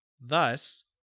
Thus